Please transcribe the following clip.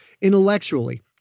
intellectually